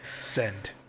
Send